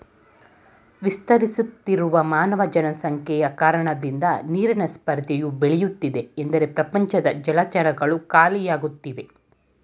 ವಿಸ್ತರಿಸುತ್ತಿರುವ ಮಾನವ ಜನಸಂಖ್ಯೆಯ ಕಾರಣದಿಂದ ನೀರಿನ ಸ್ಪರ್ಧೆಯು ಬೆಳೆಯುತ್ತಿದೆ ಎಂದರೆ ಪ್ರಪಂಚದ ಜಲಚರಗಳು ಖಾಲಿಯಾಗ್ತಿವೆ